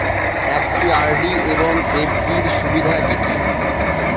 একটি আর.ডি এবং এফ.ডি এর সুবিধা কি কি?